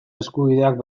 eskubideak